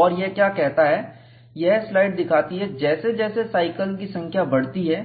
और यह क्या कहता है यह स्लाइड दिखाती है जैसे जैसे साइकिल्स की संख्या बढ़ती है